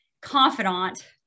confidant